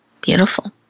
Beautiful